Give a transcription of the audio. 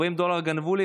40 דולר גנבו לי,